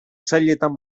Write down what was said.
sailetan